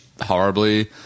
horribly